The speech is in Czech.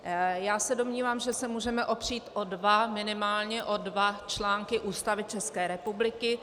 Já se domnívám, že se můžeme opřít minimálně o dva články Ústavy České republiky.